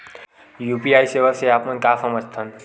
UPI सेवा से आप मन का समझ थान?